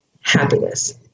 happiness